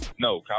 No